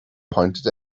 pointed